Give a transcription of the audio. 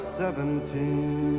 seventeen